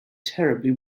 terribly